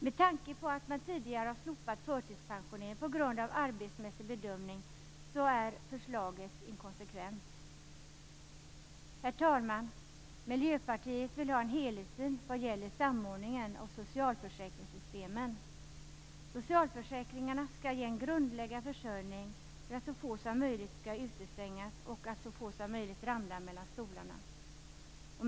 Med tanke på att man tidigare har slopat förtidspensionering på grundval av arbetsmässig bedömning är förslaget inkonsekvent. Herr talman! Miljöpartiet vill ha en helhetssyn på samordningen av socialförsäkringssystemen. Socialförsäkringarna skall ge en grundläggande försörjning, där så få som möjligt skall utestängas eller ramla mellan stolarna.